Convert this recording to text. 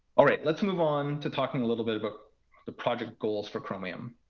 all right, let's move on to talking a little bit about the project goals for chromium.